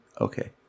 okay